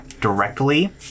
directly